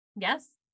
Yes